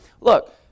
Look